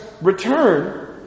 return